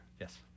Yes